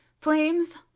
flames